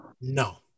no